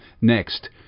Next